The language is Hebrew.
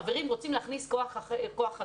חברים, רוצים להכניס כוח חדש.